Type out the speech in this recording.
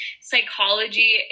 psychology